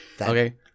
Okay